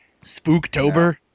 Spooktober